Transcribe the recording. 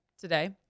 today